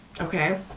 Okay